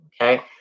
Okay